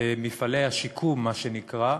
מפעלי השיקום, מה שנקרא,